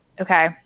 okay